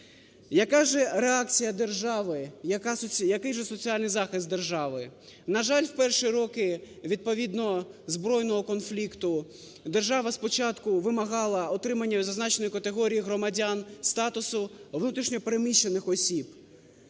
Яка ж реакція держави? Який же соціальний захист держави? На жаль, в перші роки відповідно збройного конфлікту держава спочатку вимагала отримання від зазначеної категорії громадян статусу внутрішньо переміщених осіб,